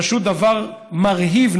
זה פשוט דבר מרהיב,